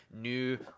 New